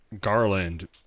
Garland